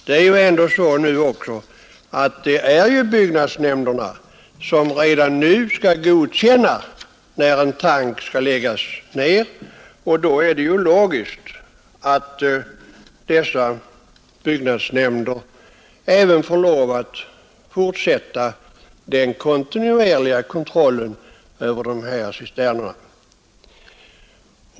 Det är ändå redan nu byggnadsnämnderna som skall godkänna att en tank läggs ner, och då är det logiskt att byggnadsnämnderna även får fortsätta den kontinuerliga kontrollen över de här cisternerna.